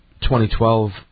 2012